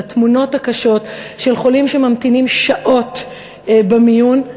לתמונות הקשות של חולים שממתינים שעות במיון,